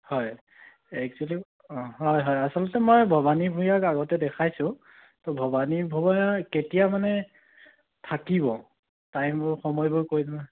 হয় একচুৱেলি অঁ হয় হয় আচলতে মই ভবানী ভুঞাক আগতে দেখাইছোঁ ভবানী ভূঞা কেতিয়া মানে থাকিব টাইমবোৰ সময়বোৰ কৈ দিব